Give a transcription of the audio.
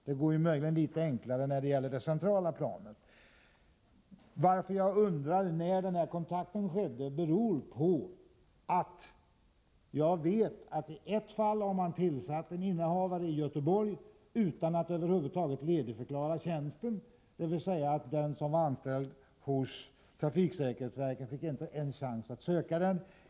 Det är möjligen litet enklare när det gäller det centrala planet. Att jag undrar när den omtalade kontakten togs beror på att jag vet att man i ett fall har tillsatt innehavare i Göteborg utan att över huvud taget ledigförklara tjänsten, dvs. den som var anställd hos trafiksäkerhetsverket fick inte ens chans att söka den.